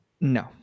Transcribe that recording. no